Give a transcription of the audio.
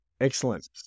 excellent